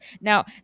Now